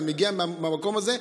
אתה מגיע מהמקום הזה,